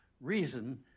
reason